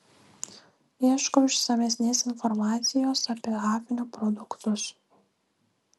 ieškau išsamesnės informacijos apie hafnio produktus